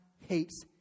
hates